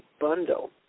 bundle